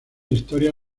historia